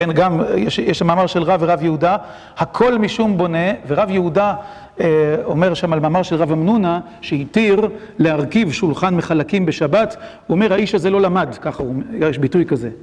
כן, גם, יש שם מאמר של רב ורב יהודה, הכל משום בונה, ורב יהודה אומר שם על מאמר של רב המנונא, שהתיר להרכיב שולחן מחלקים בשבת, הוא אומר האיש הזה לא למד, ככה הוא אומר, יש ביטוי כזה.